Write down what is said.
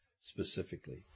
specifically